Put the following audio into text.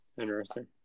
Interesting